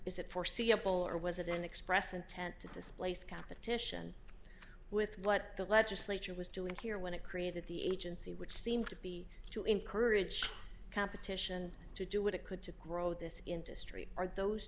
is it foreseeable or was it an express intent to displace competition with what the legislature was doing here when it created the agency which seemed to be to encourage competition to do what it could to grow this industry are those